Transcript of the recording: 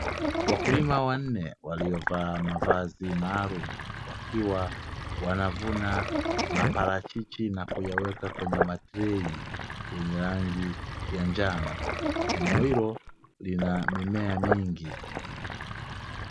Wakulima wanne, waliovaa mavazi maalumu, wakiwa wanavuna maparachichi na kuyaweka kwenye matrei yenye rangi ya njano. Eneo hilo lina mimea mingi.